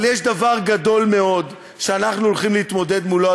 אבל יש דבר גדול מאוד שאנחנו הולכים להתמודד מולו,